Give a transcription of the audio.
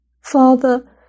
Father